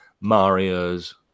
Mario's